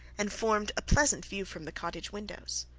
and formed a pleasant view from the cottage windows.